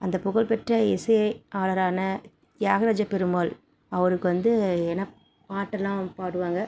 அந்த புகழ்பெற்ற இசை ஆடறான தியாகராஜ பெருமாள் அவருக்கு வந்து என்ன பாட்டுலாம் பாடுவாங்க